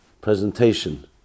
presentation